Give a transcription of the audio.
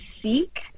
seek